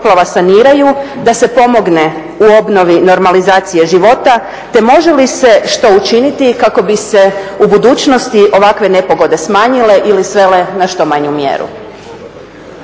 poplava saniraju, da se pomogne u obnovi normalizacije života te može li se što učiniti kako bi se u budućnosti ovakve nepogode smanjile ili svele na što manju mjeru?